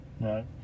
Right